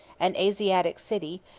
an asiatic city,